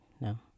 no